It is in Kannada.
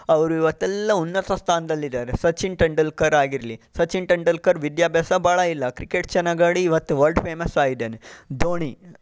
ಅವರು ಇವತ್ತೆಲ್ಲ ಉನ್ನತ ಸ್ಥಾನದಲ್ಲಿದ್ದಾರೆ ಸಚಿನ್ ತೆಂಡೂಲ್ಕರ್ ಆಗಿರಲಿ ಸಚಿನ್ ತೆಂಡೂಲ್ಕರ್ ವಿದ್ಯಾಭ್ಯಾಸ ಬಹಳ ಇಲ್ಲ ಕ್ರಿಕೆಟ್ ಚೆನ್ನಾಗಿ ಆಡಿ ಈವತ್ತು ವಲ್ಡ್ ಫೇಮಸ್ ಆಗಿದ್ದಾನೆ ಧೋನಿ